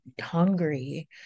hungry